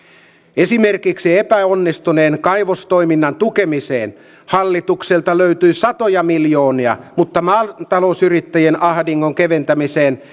esimerkiksi epäonnistuneen kaivostoiminnan tukemiseen hallitukselta löytyi satoja miljoonia mutta maatalousyrittäjien ahdingon keventämiseen